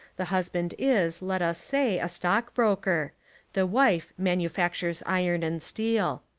the husband is, let us say, a stock broker the wife manufac tures iron and steel.